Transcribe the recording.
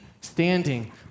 standing